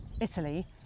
Italy